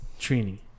Trini